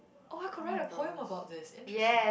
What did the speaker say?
oh I could write a poem about this interesting